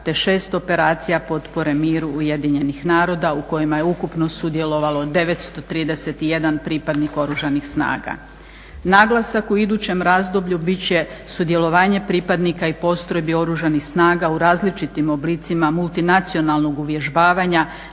te 6 operacija potpore miru UN-a u kojima je ukupno sudjelovalo 931 pripadnik Oružanih snaga. Naglasak u idućem razdoblju bit će sudjelovanje pripadnika i postrojbi Oružanih snaga u različitim oblicima multinacionalnog uvježbavanja